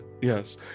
Yes